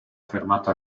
fermata